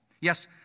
Yes